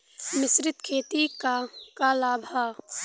मिश्रित खेती क का लाभ ह?